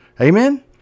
Amen